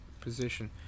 position